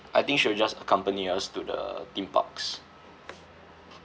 I think she will just accompany us to the theme parks